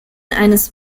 eines